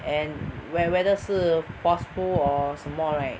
and whe~ whether 是 forceful or 什么 right